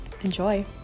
enjoy